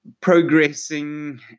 progressing